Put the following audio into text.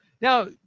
now